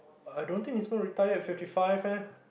I don't think he's gonna retire in fifty five eh